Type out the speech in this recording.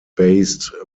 based